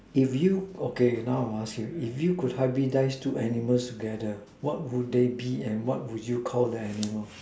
if you okay now ah I ask you if you could hybridize two animals together what would they be and what would you Call the animals